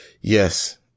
Yes